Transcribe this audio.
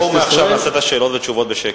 בואו מעכשיו נעשה את השאלות והתשובות בשקט.